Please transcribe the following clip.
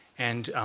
and